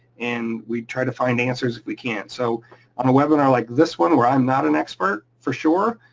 and we try to find answers if we can. so on a webinar like this one where i'm not an expert, for sure,